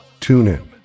TuneIn